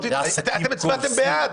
אתם הצבעתם בעד,